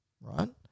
right